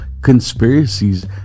conspiracies